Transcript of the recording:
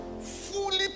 Fully